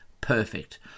Perfect